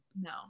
No